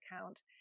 account